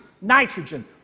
nitrogen